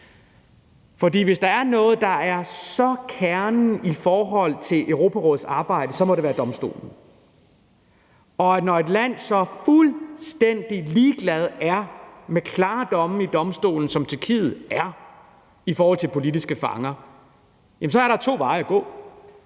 For hvis der er noget, der er så meget kernen i forhold til Europarådets arbejde, så må det være domstolen, og når et land er så fuldstændig ligeglad med klare domme i domstolen, som Tyrkiet er det i forhold til politiske fanger, så er der to veje at gå.